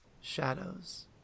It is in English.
shadows